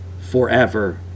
forever